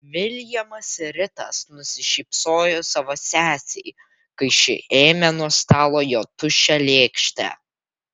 viljamas ritas nusišypsojo savo sesei kai ši ėmė nuo stalo jo tuščią lėkštę